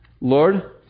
Lord